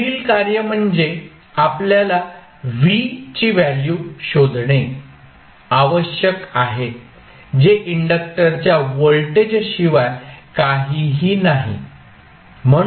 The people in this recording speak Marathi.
पुढील कार्य म्हणजे आपल्याला v ची व्हॅल्यू शोधणे आवश्यक आहे जे इंडक्टरच्या व्होल्टेज शिवाय काहीही नाही